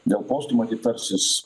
dėl postų matyt tarsis